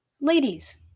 Ladies